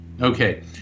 Okay